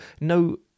no